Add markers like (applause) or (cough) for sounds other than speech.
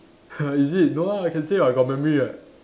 (laughs) is it no lah can see [what] got memory [what]